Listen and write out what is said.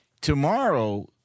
tomorrow